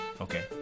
Okay